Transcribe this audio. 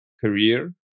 career